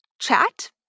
chat